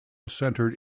centred